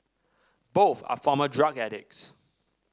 both are former drug addicts